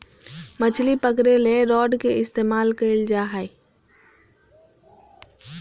मछली पकरे ले रॉड के इस्तमाल कइल जा हइ